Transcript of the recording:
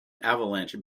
avalanche